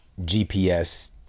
gps